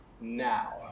now